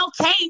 okay